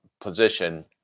position